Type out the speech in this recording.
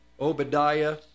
Obadiah